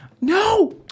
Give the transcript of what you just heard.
No